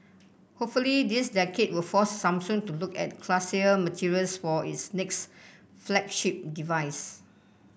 hopefully this will force Samsung to look at classier materials for its next flagship device